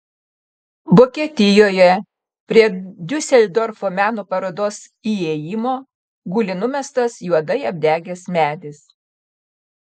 vokietijoje prie diuseldorfo meno parodos įėjimo guli numestas juodai apdegęs medis